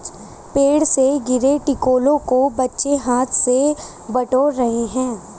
पेड़ से गिरे टिकोलों को बच्चे हाथ से बटोर रहे हैं